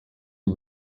who